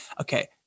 Okay